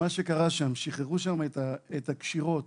מה שקרה שם זה ששחררו מהקיר את הקשירות